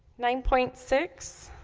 nine point six